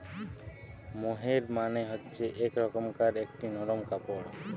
মোহের মানে হচ্ছে এক রকমকার একটি নরম কাপড়